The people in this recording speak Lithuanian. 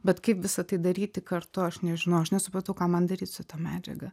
bet kaip visa tai daryti kartu aš nežinau aš nesupratau ką man daryt su ta medžiaga